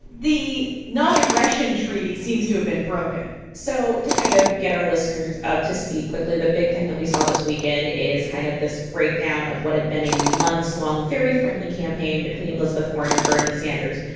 the non-aggression treaty seems to have been broken so to kind of get our listeners up to speed quickly, the big thing that we saw this weekend is kind of this breakdown of what had been a months-long very friendly campaign between elizabeth warren and bernie sanders.